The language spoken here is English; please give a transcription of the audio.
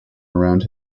around